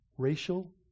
racial